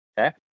Okay